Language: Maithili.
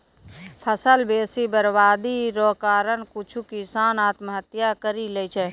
फसल बेसी बरवादी रो कारण कुछु किसान आत्महत्या करि लैय छै